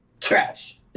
Trash